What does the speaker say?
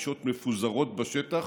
פלישות מפוזרות בשטח